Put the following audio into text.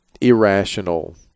irrational